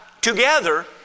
together